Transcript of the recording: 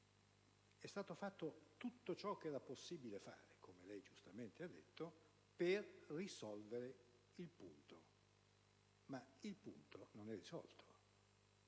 è stato fatto tutto ciò che era possibile fare - come lei giustamente ha detto - per risolvere il punto. Il problema però non è risolto.